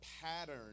pattern